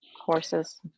Horses